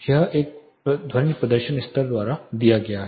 तो वह ध्वनि प्रदर्शन स्तर द्वारा दिया गया है